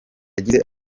yagize